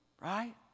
Right